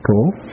cool